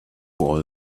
all